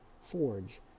Forge